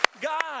God